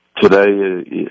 Today